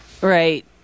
right